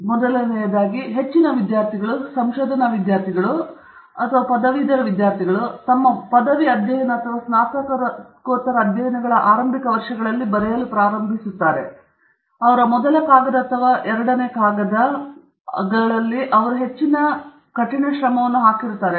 ಆದ್ದರಿಂದ ಮೊದಲನೆಯದಾಗಿ ನಾನು ಸ್ವಲ್ಪ ಹಿಂದಕ್ಕೆ ಹೋಗಬೇಕು ಮತ್ತು ಹೆಚ್ಚಿನ ವಿದ್ಯಾರ್ಥಿಗಳನ್ನು ಹೆಚ್ಚಿನ ಸಂಶೋಧನಾ ವಿದ್ಯಾರ್ಥಿಗಳು ನೀವು ಕೇಳಿದರೆ ಹೆಚ್ಚಿನ ಪದವೀಧರ ವಿದ್ಯಾರ್ಥಿಗಳು ತಮ್ಮ ಪದವಿ ಅಧ್ಯಯನಗಳು ಅಥವಾ ಸ್ನಾತಕೋತ್ತರ ಅಧ್ಯಯನಗಳ ಆರಂಭಿಕ ವರ್ಷಗಳಲ್ಲಿ ಬರೆಯುತ್ತಾರೆ ಯಾರು ಅವರ ಮೊದಲ ಕಾಗದ ಅಥವಾ ಎರಡನೆಯ ಕಾಗದವನ್ನು ಬರೆಯುವುದು ಅವುಗಳಲ್ಲಿ ಹೆಚ್ಚಿನವುಗಳು ಕಠಿಣ ಪ್ರಕ್ರಿಯೆ ಎಂದು ನಿಮಗೆ ಹೇಳುತ್ತವೆ